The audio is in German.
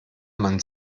man